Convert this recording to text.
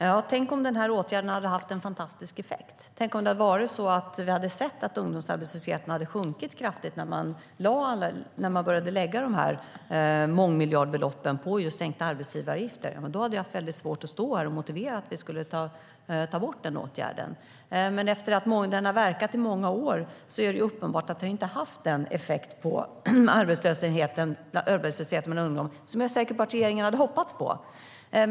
STYLEREF Kantrubrik \* MERGEFORMAT Svar på interpellationerEfter att ha verkat i många år är det uppenbart att den inte haft den effekt på arbetslösheten bland ungdomar som jag är säker på att den tidigare regeringen hoppades på.